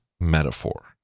metaphor